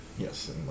Yes